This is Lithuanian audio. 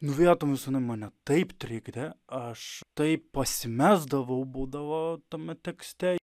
nu vietomis jinai mane taip trikdė aš taip pasimesdavau būdavo tame tekste